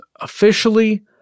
officially